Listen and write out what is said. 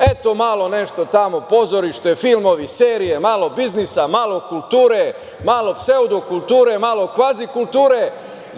eto, malo nešto tamo, pozorište, filmovi, serije, malo biznisa, malo kulture, malo pseudo kulture, malo kvazi kulture.S